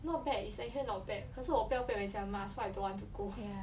not bad is actually bot bad 可是我不要被人家骂 so I don't want to go